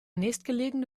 nächstgelegene